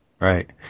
Right